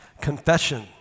confession